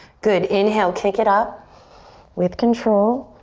good, inhale, kick it up with control.